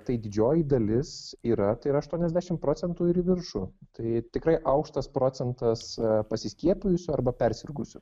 tai didžioji dalis yra tai yra aštuoniasdešimt procentų ir į viršų tai tikrai aukštas procentas pasiskiepijusių arba persirgusių